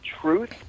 truth